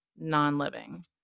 non-living